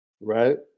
Right